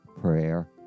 prayer